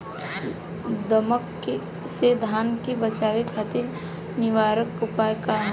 दिमक से धान के बचावे खातिर निवारक उपाय का ह?